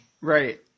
Right